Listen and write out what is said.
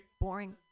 boring